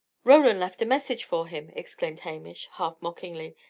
roland left a message for him! exclaimed hamish, half mockingly,